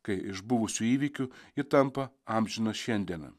kai iš buvusių įvykių ji tampa amžina šiandiena